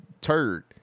turd